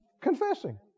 confessing